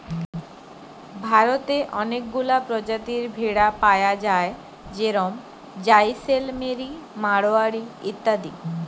ভারতে অনেকগুলা প্রজাতির ভেড়া পায়া যায় যেরম জাইসেলমেরি, মাড়োয়ারি ইত্যাদি